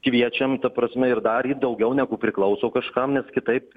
kviečiam ta prasme ir daryt daugiau negu priklauso kažkam nes kitaip